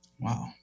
Wow